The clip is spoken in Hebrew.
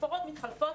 תפאורות מתחלפות,